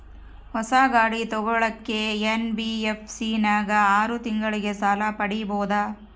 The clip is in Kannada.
ಹೊಸ ಗಾಡಿ ತೋಗೊಳಕ್ಕೆ ಎನ್.ಬಿ.ಎಫ್.ಸಿ ನಾಗ ಆರು ತಿಂಗಳಿಗೆ ಸಾಲ ಪಡೇಬೋದ?